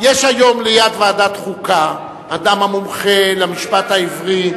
יש היום ליד ועדת החוקה אדם המומחה למשפט עברי,